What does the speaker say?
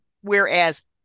whereas